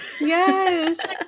Yes